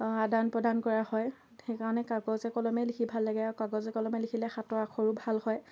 আদান প্ৰদান কৰা হয় সেইকাৰণে কাগজে কলমেই লিখি ভাল লাগে আৰু কাগজে কলমে লিখিলে হাতৰ আখৰো ভাল হয়